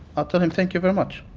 i'll tell him, thank you very much.